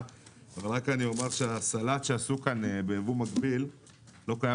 אבל אני אומר שהסלט שעשו כאן ביבוא מקביל לא קיים